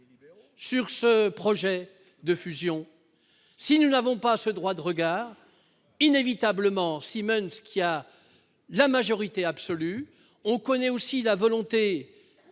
sur ce projet de fusion ? Si nous n'avons pas ce droit de regard, inévitablement- Siemens a la majorité absolue et l'on connaît aussi la volonté